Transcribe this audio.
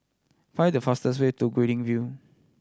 find the fastest way to Guilin View